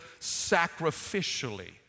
sacrificially